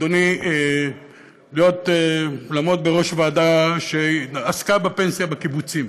אדוני, לעמוד בראש ועדה שעסקה בפנסיה בקיבוצים,